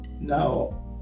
now